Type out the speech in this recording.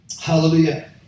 Hallelujah